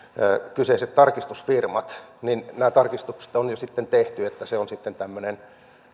kyseiset tarkistusfirmat nämä tarkistukset on jo sitten tehty eli se on sitten tämmöinen